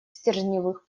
стержневых